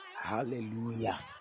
hallelujah